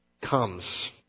comes